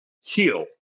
heal